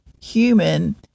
human